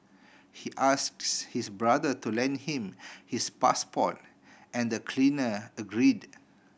he asks his brother to lend him his passport and the cleaner agreed